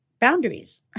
boundaries